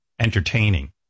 entertaining